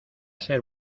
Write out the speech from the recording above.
ser